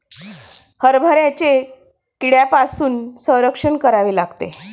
हरभऱ्याचे कीड्यांपासून संरक्षण करावे लागते